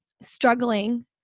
struggling